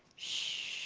shhh.